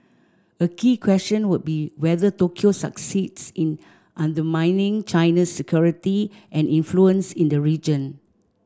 a key question would be whether Tokyo succeeds in undermining China's security and influence in the region